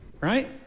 right